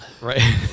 Right